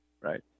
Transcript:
right